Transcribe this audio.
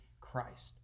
Christ